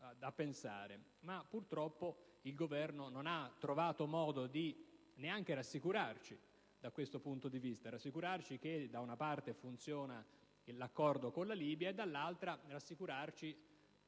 da pensare. Purtroppo il Governo non ha trovato modo neanche di rassicurarci da questo punto di vista, ossia che - da una parte - funziona l'accordo con la Libia e - dall'altra - in